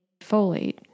folate